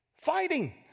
Fighting